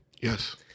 yes